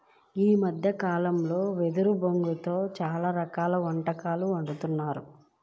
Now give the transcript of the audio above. ఈ మద్దె కాలంలో వెదురు బొంగులో చాలా రకాల వంటకాలు వండుతున్నారు